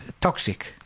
toxic